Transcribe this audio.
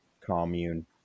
commune